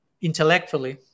intellectually